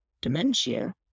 dementia